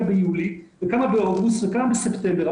ביולי וכמה באוגוסט וכמה בספטמבר,